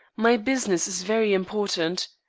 my business is very important.